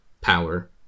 power